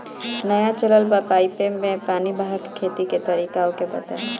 नया चलल बा पाईपे मै पानी बहाके खेती के तरीका ओके बताई?